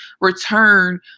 return